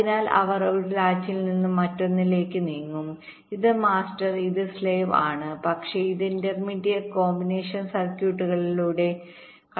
അതിനാൽ അവർ ഒരു ലാച്ചിൽ നിന്ന് മറ്റൊന്നിലേക്ക് നീങ്ങും ഇത് മാസ്റ്റർ ഇത് സ്ലാവ് ആണ് പക്ഷേ ഇത് ഇന്റർമീഡിയറ്റ് കോമ്പിനേഷണൽ സർക്യൂട്ടിലൂടെintermediate combinational circuit